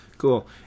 Cool